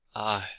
i